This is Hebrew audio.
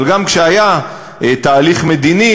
אבל גם כשהיה תהליך מדיני,